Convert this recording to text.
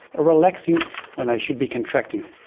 or relaxing when they should be contracting.